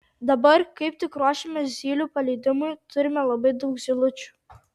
dabar kaip tik ruošiamės zylių paleidimui turime labai daug zylučių